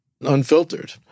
unfiltered